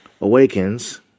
awakens